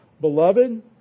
Beloved